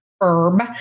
herb